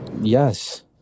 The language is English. Yes